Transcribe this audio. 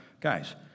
guys